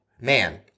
Man